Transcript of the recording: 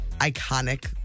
iconic